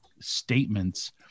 statements